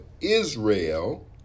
Israel